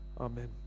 Amen